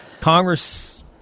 Congress